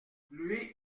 lui